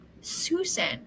Susan